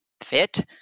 fit